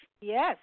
Yes